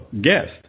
guest